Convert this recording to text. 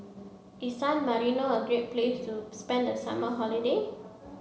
is San Marino a great place to spend the summer holiday